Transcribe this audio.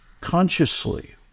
consciously